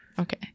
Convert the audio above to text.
Okay